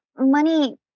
Money